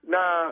Now